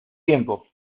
tiempo